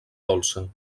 dolça